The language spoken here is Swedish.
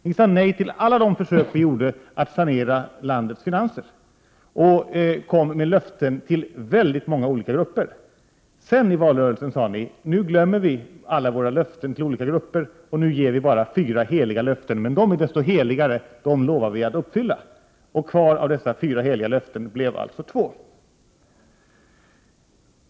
Ni sade nej till alla de försök som vi gjorde för att sanera landets finanser. Ni kom med löften till väldigt många olika grupper. Sedan sade ni i valrörelsen: Nu glömmer vi alla våra löften till olika grupper, nu ger vi bara fyra heliga löften, men dessa är så mycket mer heliga. De lovar vi att uppfylla. Kvar av dessa fyra heliga löften blev alltså två.